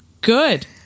good